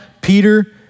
Peter